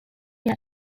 yet